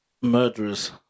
murderers